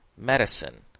medicine,